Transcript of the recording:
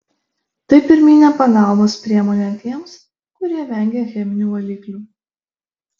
tai pirminė pagalbos priemonė tiems kurie vengia cheminių valiklių